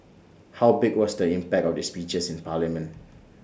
how big was the impact of these speeches in parliament